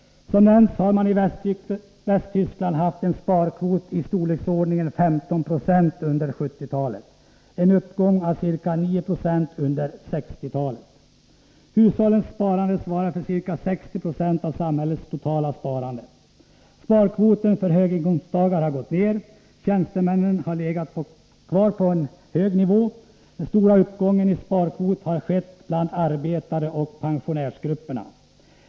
Som nämnts har man i Västtyskland haft en sparkvot i storleksordningen 15 20 under 1970-talet — en uppgång från ca 9 Yo under 1960-talet. Hushållens sparande svarar för ca 60 96 av samhällets totala sparande. Sparkvoten för höginkomsttagare har gått ner, och tjänstemännens har legat kvar på en hög nivå. Den stora uppgången i sparkvot har skett bland arbetaroch pensionärsgrupperna.